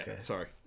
Sorry